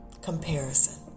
Comparison